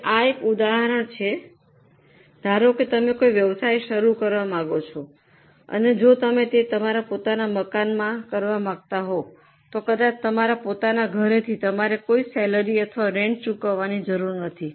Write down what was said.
હવે આ એક ઉદાહરણ છે ધારો કે તમે કોઈ વ્યવસાય શરૂ કરવા માંગો છો અને જો તમે તે તમારા પોતાના મકાનમાં કરવા માંગતા હો તો કદાચ તમારા પોતાના ઘરથી તમારે કોઈ સૈલરી અથવા રેન્ટ ચૂકવવાની જરૂર નથી